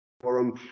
Forum